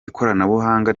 ikoranabunga